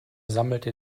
sammelte